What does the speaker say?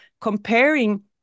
comparing